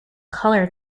color